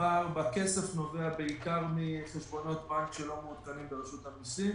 הפער בכסף נובע בעיקר מחשבונות בנק שלא מעודכנים ברשות המסים.